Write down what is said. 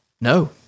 No